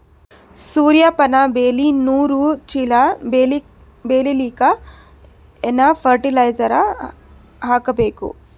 ಸೂರ್ಯಪಾನ ಬೆಳಿ ನೂರು ಚೀಳ ಬೆಳೆಲಿಕ ಏನ ಫರಟಿಲೈಜರ ಹಾಕಬೇಕು?